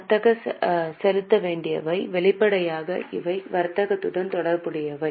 வர்த்தக செலுத்த வேண்டியவை வெளிப்படையாக இவை வர்த்தகத்துடன் தொடர்புடையவை